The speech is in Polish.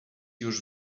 już